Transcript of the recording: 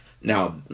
Now